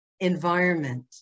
environment